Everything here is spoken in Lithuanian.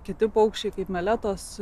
kiti paukščiai kaip meletos